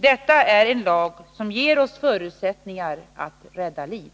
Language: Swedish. Detta är en lag som ger oss förutsättningar att rädda liv.